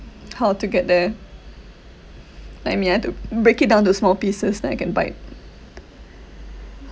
how to get there like me I'd to break it down to small pieces then I can bite